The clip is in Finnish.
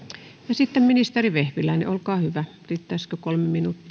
sitten ministeri vehviläinen olkaa hyvä riittäisikö kolme minuuttia